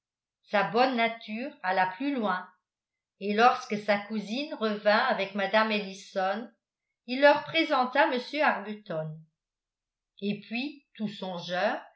sa bonne nature alla plus loin et lorsque sa cousine revint avec mme ellison il leur présenta m arbuton et puis tout songeur